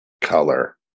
color